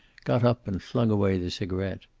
got up and flung away the cigaret.